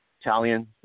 Italian